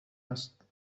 است